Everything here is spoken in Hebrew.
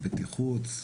מבחינת בטיחות,